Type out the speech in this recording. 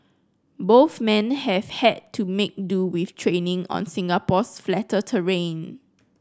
both men have had to make do with training on Singapore's flatter terrain